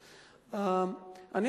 בבקשה.